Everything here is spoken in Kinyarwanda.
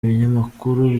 binyamakuru